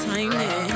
Tiny